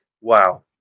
wow